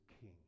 king